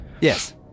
Yes